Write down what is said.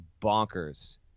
bonkers